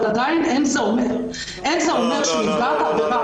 אבל עדיין אין זה אומר שנפגעת העבירה --- לא,